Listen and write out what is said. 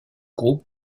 groupe